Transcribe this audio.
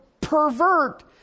pervert